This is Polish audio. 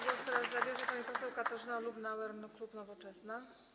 Głos teraz zabierze pani poseł Katarzyna Lubnauer, klub Nowoczesna.